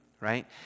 right